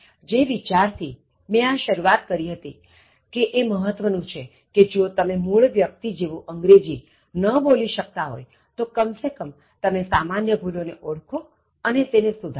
જે વિચાર થી મેં આ શરૂઆત કરી હતી કે એ મહત્વનું છે કે જો તમે મૂળ વ્યક્તિ જેવું અગ્રેજી ન બોલી શકતા હોય તો કમ સે કમ તમે સામાન્ય ભૂલો ને ઓળખો અને તેને સુધારો